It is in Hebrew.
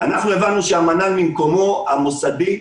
אנחנו הבנו שהמל"ל ממקומו המוסדי,